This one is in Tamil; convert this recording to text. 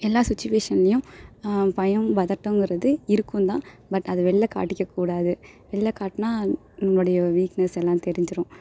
எல்லா சுட்சிவேஷன்லேயும் பயம் பதட்டங்கிறது இருக்கும் தான் பட் அதை வெளில காட்டிக்கக்கூடாது வெளில காட்டினா நம்மளோடைய வீக்னஸ் எல்லாம் தெரிஞ்சிடும்